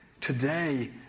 Today